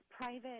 private